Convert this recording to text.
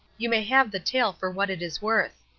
you may have the tale for what it is worth.